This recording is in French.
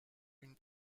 une